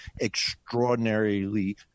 extraordinarily